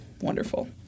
wonderful